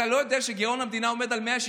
אתה לא יודע שגירעון המדינה עומד על 160